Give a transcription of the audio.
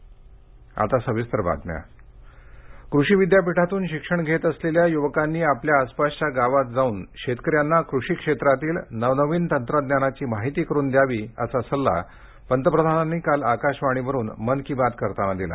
मन की बात कृषी विद्यापीठांतून शिक्षण घेत असलेल्या युवकांनी आपल्या आसपासच्या गावांत जाऊन शेतकऱ्यांना कृषी क्षेत्रातील नवनवीन तंत्रज्ञानाची माहिती करून द्यावी असा सल्ला पंतप्रधानांनी काल आकाशवाणीवरुन मन की बात करताना दिला